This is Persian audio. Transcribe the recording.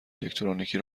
الکترونیکی